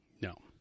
No